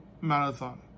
marathon